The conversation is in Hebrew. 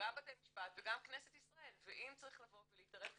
גם בתי משפט וגם כנסת ישראל ואם צריך לבוא ולהתערב כמחוקקים,